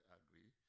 agree